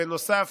בנוסף,